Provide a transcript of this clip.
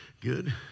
good